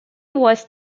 was